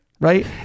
Right